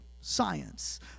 Science